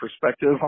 perspective